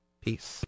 peace